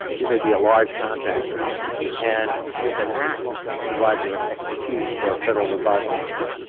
you may be a large contractor and you have been asked to provide your expertise for a federal advisory panel,